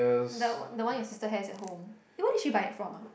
the one the one your sister has at home you wanted she buy it from ah